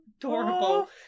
Adorable